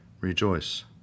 rejoice